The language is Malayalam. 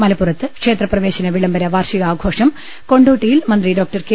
മലപ്പുറത്ത് ക്ഷേത്രപ്ര വേശന വിളംബര വാർഷികാഘോഷം കൊണ്ടോട്ടിയിൽ മന്ത്രി ഡോക്ടർ കെ